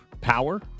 power